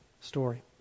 story